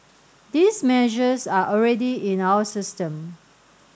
these measures are already in our system